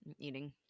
eating